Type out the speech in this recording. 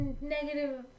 negative